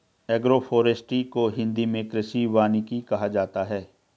agroforestry को हिंदी मे कृषि वानिकी कहा जाता है